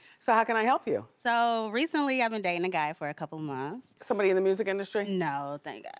so how can i help you? so recently i've been dating a guy for a couple months. somebody in the music industry? no, thank yeah